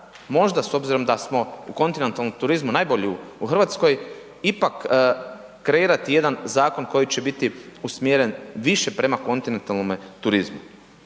možda s obzirom da smo u kontinentalnom turizmu, najbolji u RH, ipak kreirati jedan zakon koji će biti usmjeren više prema kontinentalnome turizmu.